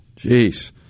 Jeez